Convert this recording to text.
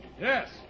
Yes